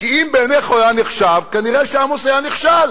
כי אם בעיניך הוא היה נחשב, כנראה עמוס היה נכשל.